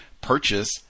purchase